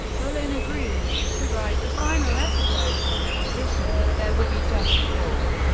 bullen agreed to write the final episodes on the condition that there would be just four,